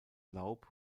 laub